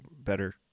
better